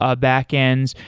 ah backends.